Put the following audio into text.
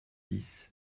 dix